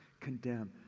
condemn